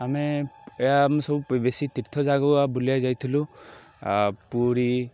ଆମେ ଏହା ସବୁ ବେଶୀ ତୀର୍ଥ ଜାଗାକୁ ଆ ବୁଲିବାକୁ ଯାଇଥିଲୁ ପୁରୀ